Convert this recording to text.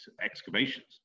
excavations